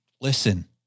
listen